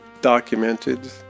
documented